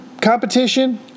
competition